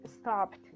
stopped